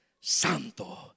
santo